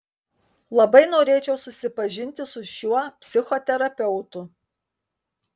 labai norėčiau susipažinti su šiuo psichoterapeutu